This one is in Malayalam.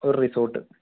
ഒരു റിസോട്ട്